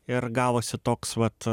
ir gavosi toks vat